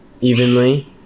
evenly